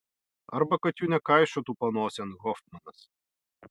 arba kad jų nekaišiotų panosėn hofmanas